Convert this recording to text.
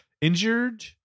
Injured